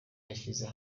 yashyize